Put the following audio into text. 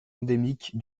endémiques